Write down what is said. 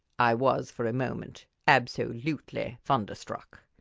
i was for a moment absolutely thunderstruck.